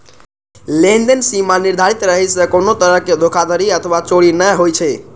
लेनदेन सीमा निर्धारित रहै सं कोनो तरहक धोखाधड़ी अथवा चोरी नै होइ छै